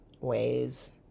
ways